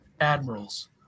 Admirals